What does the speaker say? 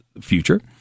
future